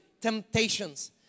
temptations